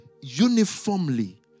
uniformly